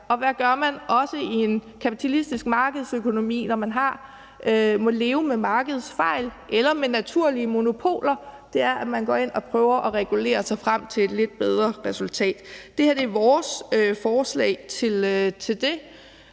og hvad gør man også i en kapitalistisk markedsøkonomi, når man må leve med markedets fejl eller med naturlige monopoler? Man går ind og prøver at regulere sig frem til et lidt bedre resultat, og det her er vores forslag til det.